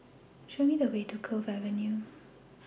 Show Me The Way to Cove Avenue